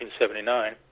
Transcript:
1979